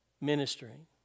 ministering